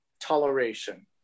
toleration